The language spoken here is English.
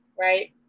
Right